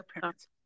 parents